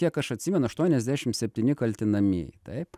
kiek aš atsimenu aštuoniasdešim septyni kaltinamieji taip